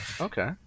Okay